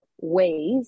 ways